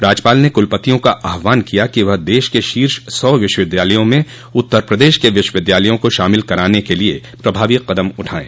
राज्यपाल ने कुलपतियों का आहवान किया कि वह देश के शीर्ष सौ विश्वविद्यालयों में उत्तर प्रदेश के विश्वविद्यालयों को शामिल कराने के लिए प्रभावी कदम उठायें